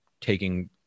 taking